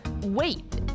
wait